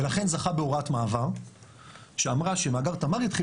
ולכן זכה בהוראת מעבר שאמרה שמאגר תמר יתחיל